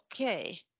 Okay